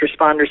responders